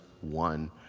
one